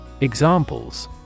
Examples